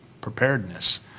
preparedness